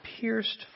pierced